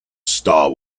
star